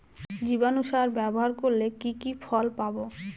জীবাণু সার ব্যাবহার করলে কি কি ফল পাবো?